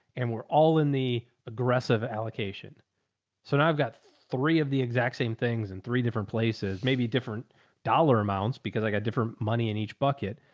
and we're all in the aggressive allocation. so now i've got three of the exact same things in three different places, maybe different dollar amounts because i got different money in each bucket,